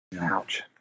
Ouch